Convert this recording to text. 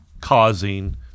causing